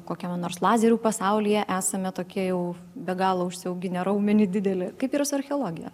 kokiame nors lazerių pasaulyje esame tokie jau be galo užsiauginę raumenį didelį kaip yra archeologija